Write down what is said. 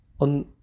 on